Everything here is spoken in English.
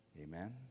Amen